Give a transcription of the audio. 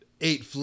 eight